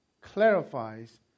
clarifies